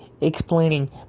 explaining